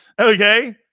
Okay